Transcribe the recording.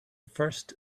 first